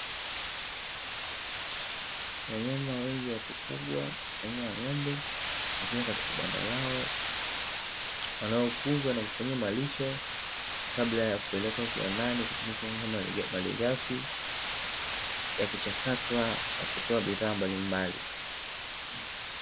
Wanyama wengi wa kufugwa aina ya ng’ombe wakiwa katika banda lao. Wanaokuzwa na kufanyiwa malisho kabla ya kupelekwa kiwandani na kufanywa malighafi ya kuchakatwa na kutoa bidhaa mbalimbali.